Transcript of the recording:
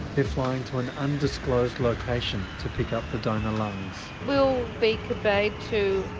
they are flying to an undisclosed location to pick up the donor lungs. we'll be conveyed to